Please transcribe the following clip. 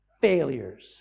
failures